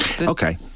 Okay